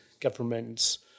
governments